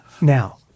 Now